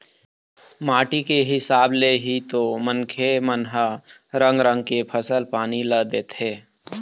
माटी के हिसाब ले ही तो मनखे मन ह रंग रंग के फसल पानी ल लेथे